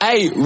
Hey